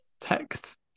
text